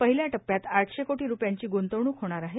पहिल्या टप्प्यात आठशे कोटी रुपयांची ग्रंतवणूक होणार आहे